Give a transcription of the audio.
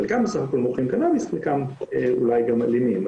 חלקם בסך הכל מוכרים קנאביס, חלקם אולי גם אלימים.